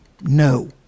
no